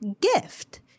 gift